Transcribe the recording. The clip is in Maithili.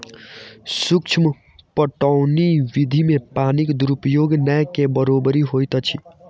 सूक्ष्म पटौनी विधि मे पानिक दुरूपयोग नै के बरोबरि होइत अछि